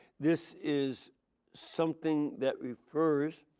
this is something that refers